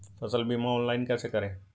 फसल बीमा ऑनलाइन कैसे करें?